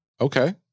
Okay